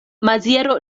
maziero